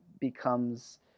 becomes